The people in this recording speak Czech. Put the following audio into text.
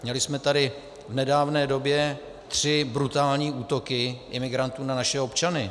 Měli jsme tady v nedávné době tři brutální útoky imigrantů na naše občany.